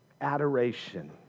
adoration